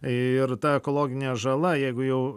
ir ta ekologinė žala jeigu jau